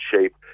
shape